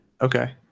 Okay